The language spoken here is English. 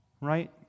right